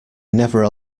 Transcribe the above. never